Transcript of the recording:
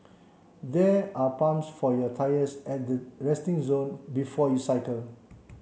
there are pumps for your tyres at the resting zone before you cycle